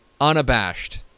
unabashed